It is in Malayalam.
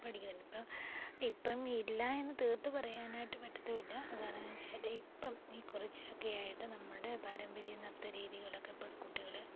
പഠിക്കുന്നുണ്ട് ഇപ്പം ഇപ്പം ഇല്ലായെന്ന് തീർത്ത് പറയാനായിട്ട് പറ്റത്തും ഇല്ല കാരണം എന്ന് വെച്ചാൽ ഇപ്പം ഈ കുറച്ചൊക്കെയായിട്ട് നമ്മുടെ പാരമ്പര്യ നൃത്ത രീതികളൊക്കെ ഇപ്പോഴ് കുട്ടികൾ